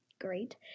great